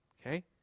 okay